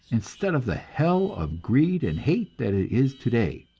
instead of the hell of greed and hate that it is today.